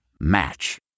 Match